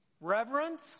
Reverence